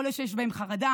יכול להיות שיש בהם חרדה,